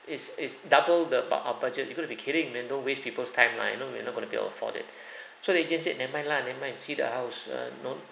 it's it's double the bu~ our budget you got to be kidding man don't waste people's time lah you know we are not going to be able to afford it so the agent said never mind lah never mind see the house err no